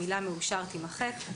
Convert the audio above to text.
המילה "מאושר" תימחק.